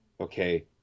okay